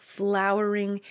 flowering